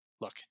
Look